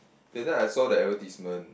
that time I saw the advertisement